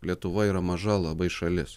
lietuva yra maža labai šalis